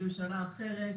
בממשלה אחרת